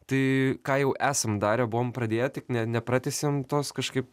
tai ką jau esam darę buvom pradėję tik ne nepratęsiam tos kažkaip